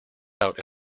out